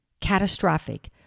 catastrophic